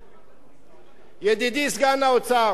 ידידי סגן שר האוצר,